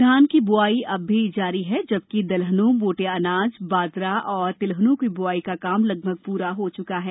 धान की ब्आई अब भी जारी है जबकि दलहनों मोटे अनाज बाजरा और तिलहनों की बुआई का काम लगभग पूरा हो चुका है